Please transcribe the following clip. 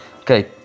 Okay